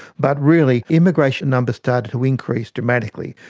but really immigration numbers started to increase dramatically.